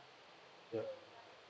yup